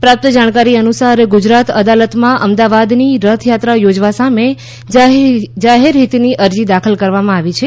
પ્રાપ્ત જાણકારી અનુસાર ગુજરાત અદાલતમાં અમદાવાદની રથયાત્રા યોજવા સામે જાહેર હિતની અરજી દાખલ કરવામાં આવી છે